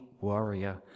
warrior